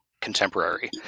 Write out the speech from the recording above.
contemporary